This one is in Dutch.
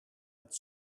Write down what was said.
het